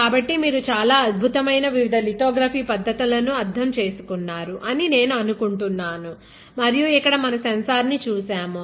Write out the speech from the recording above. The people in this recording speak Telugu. కాబట్టి మీరు చాలా అద్భుతమైన వివిధ లితోగ్రఫీ పద్ధతులను అర్థం చేసుకున్నారు అని నేను అనుకుంటున్నాను మరియు ఇక్కడ మన సెన్సార్ ని చూశాము